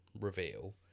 reveal